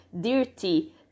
dirty